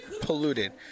polluted